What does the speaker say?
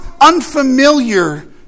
unfamiliar